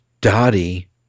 Dottie